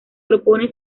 propone